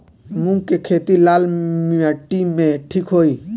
मूंग के खेती लाल माटी मे ठिक होई?